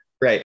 right